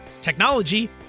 technology